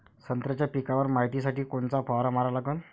संत्र्याच्या पिकावर मायतीसाठी कोनचा फवारा मारा लागन?